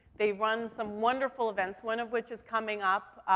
they run some wonderful events. one of which is coming up, ah,